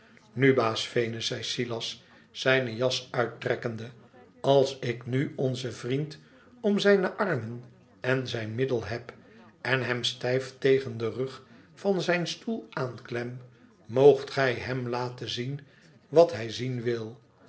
nu baas venus zei silas zijne jas uittrekkende als ik nu onzen vriend om zijne armen en zijn middel heb en hem stijf tegen den rug van zijn stoel aanklem moogt gij hem laten zien wat hij zien wil